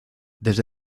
desde